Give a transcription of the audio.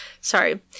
sorry